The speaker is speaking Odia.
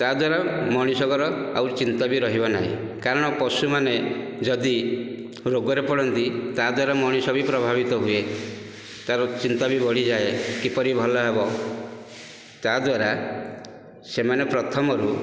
ତାଦ୍ୱାରା ମଣିଷଙ୍କର ଆଉ ଚିନ୍ତା ବି ରହିବ ନାହିଁ କାରଣ ପଶୁମାନେ ଯଦି ରୋଗରେ ପଡ଼ନ୍ତି ତାଦ୍ଵାରା ମଣିଷ ବି ପ୍ରଭାବିତ ହୁଏ ତାର ଚିନ୍ତା ବି ବଢିଯାଏ କିପରି ଭଲ ହେବ ତାଦ୍ୱାରା ସେମାନେ ପ୍ରଥମରୁ